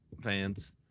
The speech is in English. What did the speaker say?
fans